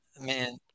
Man